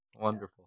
Wonderful